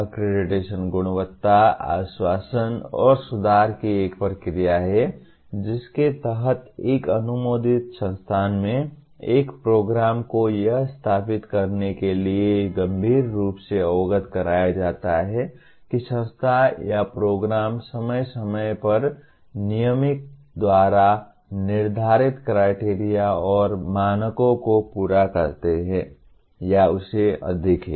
accreditation गुणवत्ता आश्वासन और सुधार की एक प्रक्रिया है जिसके तहत एक अनुमोदित संस्थान में एक प्रोग्राम को यह सत्यापित करने के लिए गंभीर रूप से अवगत कराया जाता है कि संस्था या प्रोग्राम समय समय पर नियामक द्वारा निर्धारित क्राइटेरिया और मानकों को पूरा करता है या उससे अधिक है